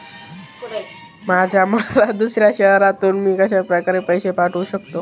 माझ्या मुलाला दुसऱ्या शहरातून मी कशाप्रकारे पैसे पाठवू शकते?